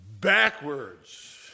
backwards